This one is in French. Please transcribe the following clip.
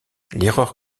l’erreur